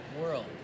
world